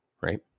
right